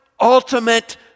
ultimate